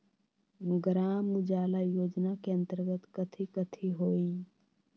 ग्राम उजाला योजना के अंतर्गत कथी कथी होई?